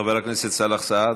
חבר הכנסת סאלח סעד,